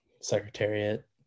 Secretariat